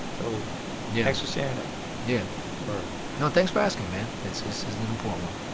so yeah thanks for sharing that yeah word no, thanks for asking, man. it's it's an important one